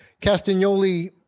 Castagnoli